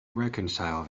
reconcile